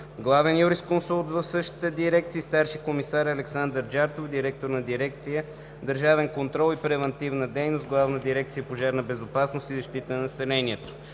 главен юрисконсулт в същата дирекция, и старши комисар Александър Джартов – директор на дирекция „Държавен контрол и превантивна дейност“ – Главна дирекция „Пожарна безопасност и защита на населението“.